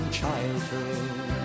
childhood